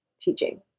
teaching